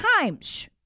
times